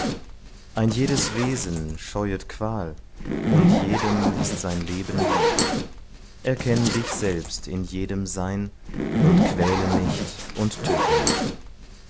ein jedes wesen scheuet qual und jedem ist sein leben lieb erkenn dich selbst in jedem sein und quäle nicht und töte nicht